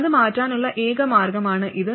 അത് മാറ്റാനുള്ള ഏക മാർഗ്ഗമാണ് ഇത്